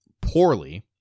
poorly